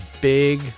big